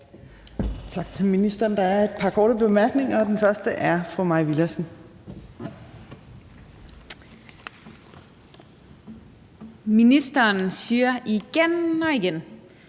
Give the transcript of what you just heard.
Ministeren siger igen og igen: